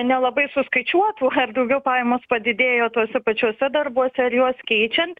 nelabai suskaičiuotų daugiau pajamos padidėjo tuose pačiuose darbuose ar juos keičiant